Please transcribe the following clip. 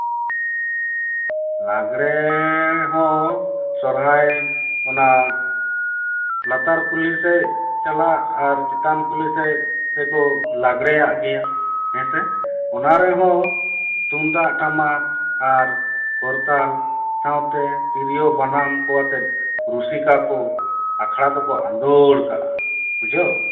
ᱞᱟᱜᱽᱬᱮ ᱦᱚᱸ ᱥᱚᱨᱦᱟᱭ ᱚᱱᱟ ᱞᱟᱛᱟᱨ ᱠᱩᱞᱦᱤ ᱥᱮᱫ ᱪᱟᱞᱟᱜ ᱟᱨ ᱪᱮᱛᱟᱱ ᱠᱩᱞᱦᱤ ᱥᱮᱫ ᱨᱮᱠᱚ ᱞᱟᱜᱽᱬᱮᱭᱟᱜ ᱜᱮᱭᱟ ᱦᱮᱸᱥᱮ ᱚᱱᱟ ᱨᱮᱦᱚᱸ ᱛᱩᱢᱫᱟᱜ ᱴᱟᱢᱟᱠ ᱟᱨ ᱠᱚᱨᱛᱟᱞ ᱥᱟᱶᱛᱮ ᱛᱨᱤᱭᱳ ᱵᱟᱱᱟᱢ ᱠᱚ ᱟᱛᱮ ᱨᱩᱥᱤᱠᱟ ᱠᱚ ᱟᱠᱷᱲᱟ ᱫᱚᱠᱚ ᱟᱸᱫᱳᱲ ᱠᱟᱜᱼᱟ ᱵᱩᱡᱷᱟᱹᱣ